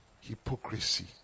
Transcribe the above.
hypocrisy